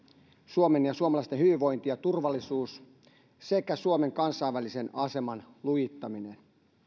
suomen ja suomalaisten hyvinvointi ja turvallisuus sekä suomen kansainvälisen aseman lujittaminen